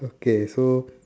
okay so